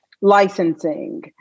Licensing